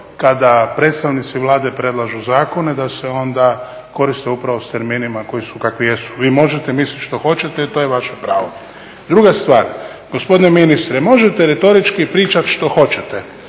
kada predstavnici Vlade predlažu zakone da se onda koriste upravo s terminima koji su kakvi jesu. Vi možete mislit što hoćete, to je vaše pravo. Druga stvar, gospodine ministre možete retorički pričat što hoćete.